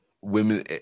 Women